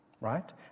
right